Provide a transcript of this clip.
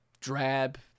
drab